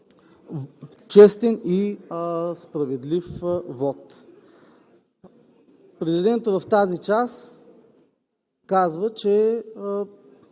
честен и справедлив вот. Президентът в тази част казва, че